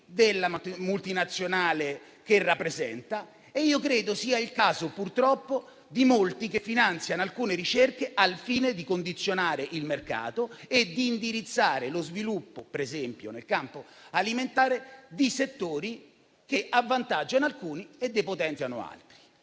della multinazionale che rappresenta. Credo che purtroppo questo sia il caso di molti che finanziano alcune ricerche al fine di condizionare il mercato e di indirizzare lo sviluppo, per esempio nel campo alimentare, di settori che avvantaggiano alcuni e depotenziano altri.